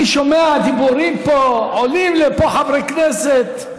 אני שומע דיבורים, עולים לפה חברי כנסת,